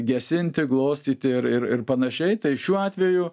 gesinti glostyti ir ir ir panašiai tai šiuo atveju